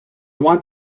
want